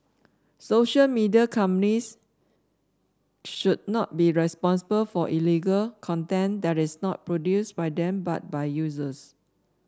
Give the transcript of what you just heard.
social media companies should not be responsible for illegal content that is not produced by them but by users